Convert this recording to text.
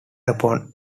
upon